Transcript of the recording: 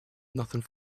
nothing